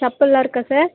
செப்பல்லாம் இருக்கா சார்